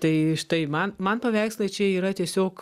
tai štai man man paveikslai čia yra tiesiog